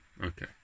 Okay